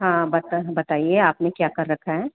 हाँ बत बताइये आपने क्या कर रखा है